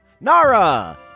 Nara